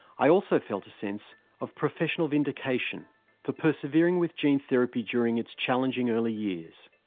i also felt a sense of professional vindication for persevering with gene therapy during its challenging early years.